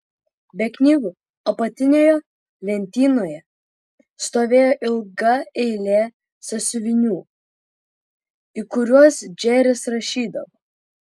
be knygų apatinėje lentynoje stovėjo ilga eilė sąsiuvinių į kuriuos džeris rašydavo